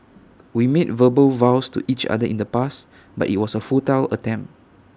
we made verbal vows to each other in the past but IT was A futile attempt